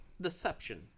Deception